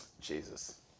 Jesus